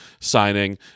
signing